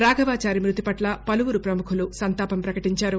రాఘవచారి మ్బతిపట్ల పలువురు పముఖులు సంతాపం పకటించారు